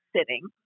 sitting